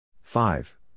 five